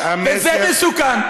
וזה מסוכן.